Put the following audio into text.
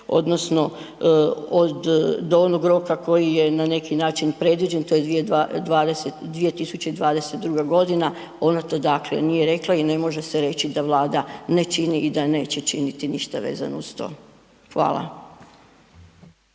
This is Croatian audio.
odnosno od, do onog roka koji je na neki način predviđen to je 2022. godina, ona to dakle nije rekla i ne može se reći da Vlada ne čini i da neće činiti ništa vezano uz to. Hvala.